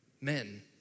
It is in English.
men